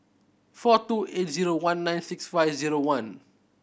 four two eight zero one nine six five zero one